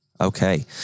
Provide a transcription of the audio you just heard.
Okay